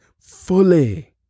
fully